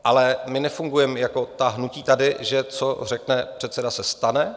Ale my nefungujeme jako ta hnutí tady, že co řekne předseda, se stane.